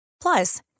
Plus